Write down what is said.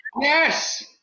yes